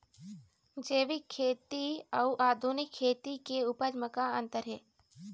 जैविक खेती अउ आधुनिक खेती के उपज म का अंतर हे?